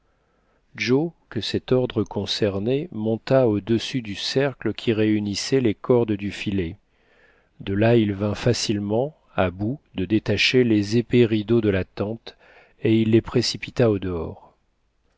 joe que cet ordre concernait monta au-dessus du cercle qui réunissait les cordes du filet de là il vint facilement à bout de détacher les épais rideaux de la tente et il les précipita au dehors